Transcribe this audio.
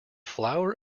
flower